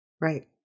Right